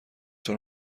طور